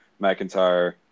McIntyre